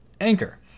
Anchor